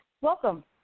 Welcome